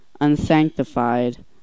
Unsanctified